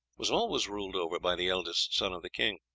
was always ruled over by the eldest son of the king.